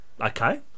Okay